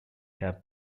have